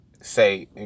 say